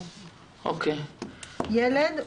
"ילד,